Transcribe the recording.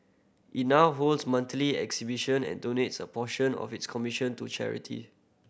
it now holds monthly exhibition and donates a portion of its commission to charity